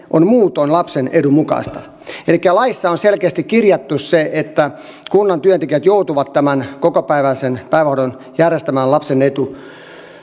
muutoin on lapsen edun mukaista elikkä laissa on selkeästi kirjattu se että kunnan työntekijät joutuvat tämän kokopäiväisen päivähoidon järjestämään lapsen etu